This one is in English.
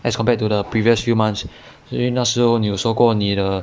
as compared to the previous few months 因为那时候你有你说过你的